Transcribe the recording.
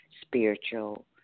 spiritual